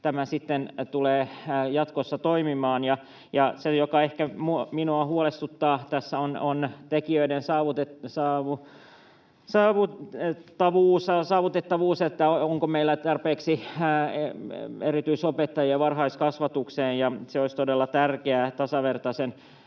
tulee jatkossa toimimaan. Se, mikä minua ehkä huolestuttaa tässä, on tekijöiden saatavuus eli se, onko meillä tarpeeksi erityisopettajia varhaiskasvatukseen. Se olisi todella tärkeää tasavertaisen